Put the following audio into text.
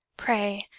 pray,